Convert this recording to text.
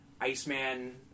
Iceman